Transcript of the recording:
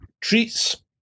Treats